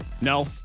No